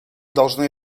должны